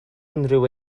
unrhyw